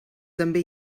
també